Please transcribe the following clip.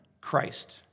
Christ